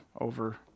over